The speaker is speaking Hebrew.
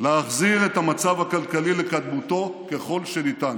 להחזיר את המצב הכלכלי לקדמותו ככל שניתן.